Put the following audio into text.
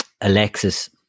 Alexis